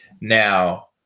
Now